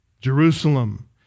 Jerusalem